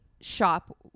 shop